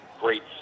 great